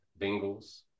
Bengals